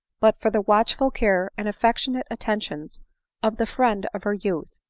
but for the watchful care and affectionate attentions of the friend of her youth,